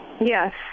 Yes